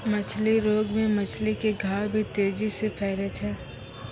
मछली रोग मे मछली के घाव भी तेजी से फैलै छै